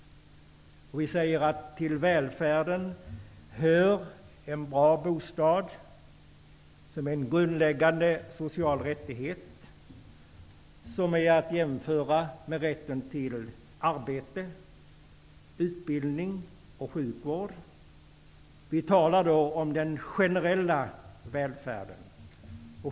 Vi säger att till välfärden hör en bra bostad som en grundläggande social rättighet som är att jämföra med rätten till arbete, utbildning och sjukvård. Vi talar då om den generella välfärden.